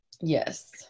Yes